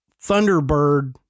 Thunderbird